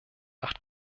acht